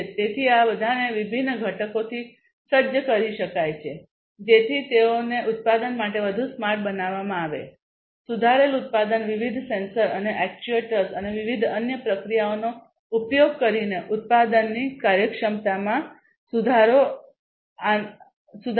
તેથી આ બધાને વિભિન્ન ઘટકોથી સજ્જ કરી શકાય છે જેથી તેઓને ઉત્પાદન માટે વધુ સ્માર્ટ બનાવવામાં આવે સુધારેલ ઉત્પાદન વિવિધ સેન્સર અને એક્ટ્યુએટર્સ અને વિવિધ અન્ય પ્રક્રિયાઓનો ઉપયોગ કરીને ઉત્પાદનની કાર્યક્ષમતામાં સુધારો